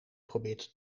probeert